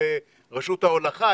זה תקוע ברשות ההולכה?